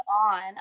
on